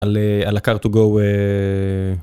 על על ה car to go